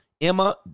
Emma